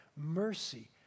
mercy